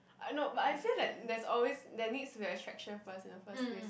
ah no but I feel that there's always there needs to be an attraction first in the first place